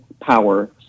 power